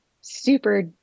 super